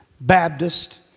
Baptist